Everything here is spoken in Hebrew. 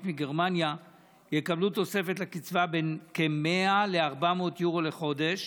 מגרמניה יקבלו תוספת לקצבה של בין כ-100 ל-400 יורו לחודש,